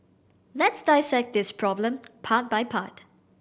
let's dissect this problem part by part